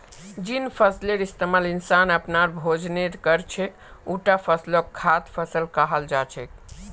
जिन फसलेर इस्तमाल इंसान अपनार भोजनेर कर छेक उटा फसलक खाद्य फसल कहाल जा छेक